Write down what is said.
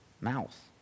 mouth